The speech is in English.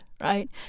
right